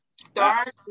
Start